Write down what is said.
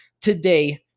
today